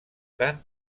tant